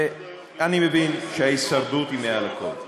אני מבין שההישרדות היא מעל הכול,